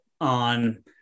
on